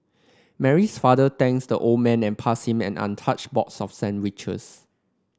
Mary's father thanks the old man and passed him an untouched box of sandwiches